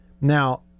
Now